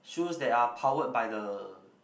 shoes that are powered by the